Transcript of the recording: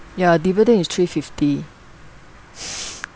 ya dividend is three-fifty